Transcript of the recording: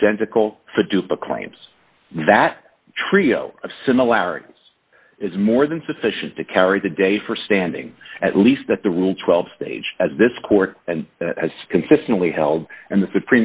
identical to do the claims that trio of similarity is more than sufficient to carry the day for standing at least that the rule twelve stage as this court and has consistently held and the